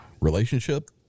relationship